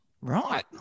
Right